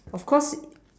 of course